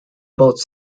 both